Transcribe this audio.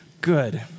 good